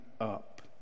up